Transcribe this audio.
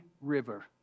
river